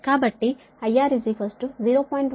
కాబట్టి IR 0